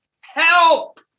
Help